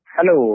Hello